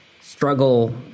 struggle